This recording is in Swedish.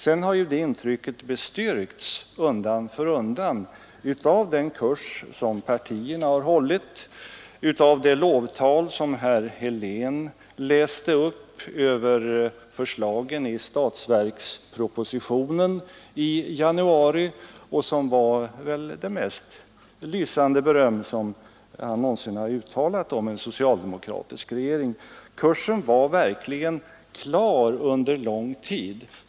Sedan har det intrycket bestyrkts undan för undan av den kurs partierna har hållit och av det lovtal som herr Helén läste upp över förslagen i statsverkspropositionen i januari och som väl var det mest lysande beröm som han någonsin har uttalat över en socialdemokratisk regering. Kursen var verkligen klar under lång tid.